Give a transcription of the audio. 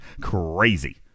Crazy